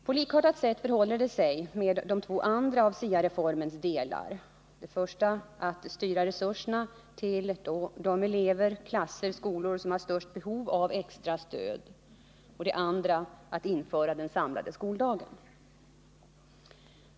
På likartat sätt förhåller det sig med två andra av SIA-reformens delar: att styra resurserna till de elever, klasser och skolor som har störst behov av extra stöd samt att införa den samlade skoldagen.